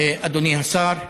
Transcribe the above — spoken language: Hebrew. אדוני השר.